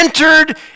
entered